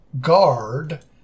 guard